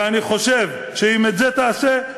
ואני חושב שאם את זה תעשה,